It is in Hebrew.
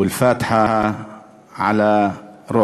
ונאמר את סורת הפתיחה לעילוי